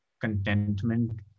contentment